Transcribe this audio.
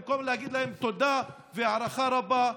במקום להגיד להם תודה והערכה רבה.